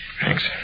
Thanks